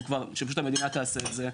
הוא פשוט שהמדינה תעשה את זה.